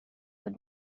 but